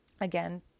again